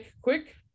quick